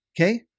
Okay